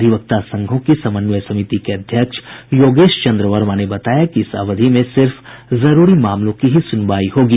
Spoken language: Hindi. अधिवक्ता संघों की समन्वय समिति के अध्यक्ष योगेशचन्द्र वर्मा ने बताया कि इस अवधि में सिर्फ जरूरी मामलों की ही सुनवाई होगी